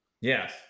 Yes